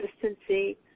consistency